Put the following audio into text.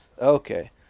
Okay